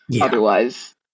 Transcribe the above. Otherwise